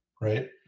right